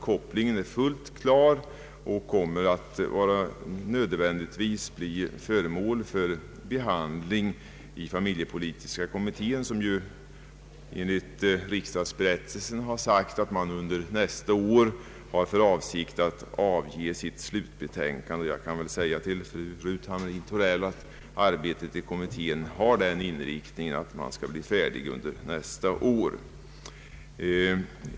Kopplingen är fullt klar och kommer nödvändigtvis att bli föremål för behandling av familjepolitiska kommittén, som ju enligt riksdagsberättelsen har för avsikt att avge sitt slutbetänkande under nästa år. Jag kan också säga till fru Ruth Hamrin Thorell att arbetet i kommittén har den inriktningen att man skall bli färdig under nästa år.